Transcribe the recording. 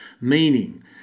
meaning